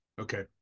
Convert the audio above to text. okay